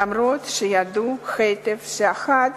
אף שידעו היטב שאחד